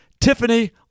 Tiffany